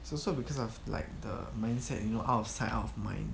it's so because of like the mindset you know out of sight out of mind